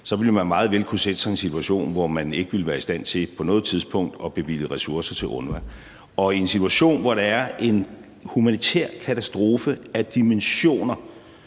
så ville man meget vel kunne sætte sig i en situation, hvor man ikke ville være i stand til på noget tidspunkt at bevilge ressourcer til UNRWA, og i en situation, hvor der er en humanitær katastrofe af dimensioner,